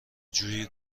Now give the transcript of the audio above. جویی